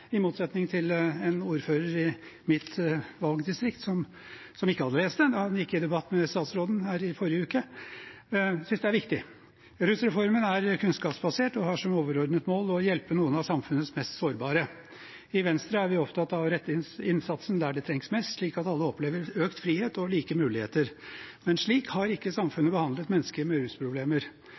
i motsetning til en ordfører i mitt valgdistrikt som ikke hadde lest det da han gikk i debatt med statsråden her i forrige uke. Jeg synes det er viktig. Rusreformen er kunnskapsbasert og har som overordnet mål å hjelpe noen av samfunnets mest sårbare. I Venstre er vi opptatt av å rette inn innsatsen der den trengs mest, slik at alle opplever økt frihet og like muligheter. Men slik har ikke samfunnet behandlet mennesker med rusproblemer.